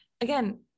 Again